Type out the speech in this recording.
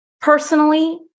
personally